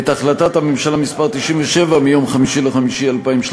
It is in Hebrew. את החלטת הממשלה מס' 97 מיום 5 במאי 2013